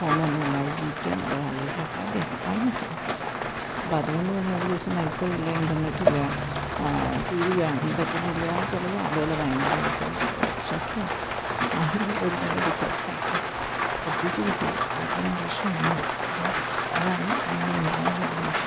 phone ഒന്നുമില്ലാത ജീവിക്കുക എന്നുള്ളത് ആളുകൾക്ക് അസാധ്യമാണ് ആൾമോസ്റ്റ് ഇമ്പോസിബിൾ അപ്പം അതുകൊണ്ട് തന്നെ ഒരു ദിവസം വൈഫൈ ഇല്ല ഇൻ്റർനെറ്റ് ഇല്ല ടീവി കാണാൻ പറ്റുന്നില്ല എന്നൊക്കെ ഉള്ളത് ആളുകൾ ഭയങ്കരമായിട്ട് സ്ട്രെസ്ഡ് ആക്കും ആളുകൾ ഒരു വേള ഡിപ്രസ്ഡ് ആയിപ്പോകും പ്രത്യേകിച്ചു കുട്ടികൾ അവരുടെ ജനറേഷൻ എങ്ങനെയാണ് അപ്പം അതാണ് നമ്മൾ നേരിടുന്ന ഒരു വലിയ വിഷയം